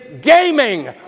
gaming